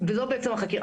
וזו בעצם החקירה.